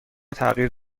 تغییر